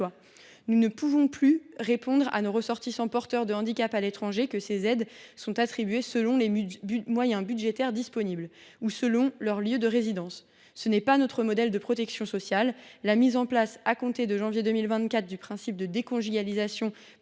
Nous ne pouvons plus répondre à nos ressortissants porteurs d’un handicap à l’étranger que ces aides sont attribuées selon les moyens budgétaires disponibles ou selon le lieu de résidence. Ce n’est pas notre modèle de protection sociale ! La mise en place, à compter de janvier 2024, du principe de déconjugalisation